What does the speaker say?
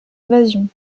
évasion